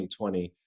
2020